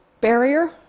barrier